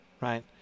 right